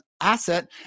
asset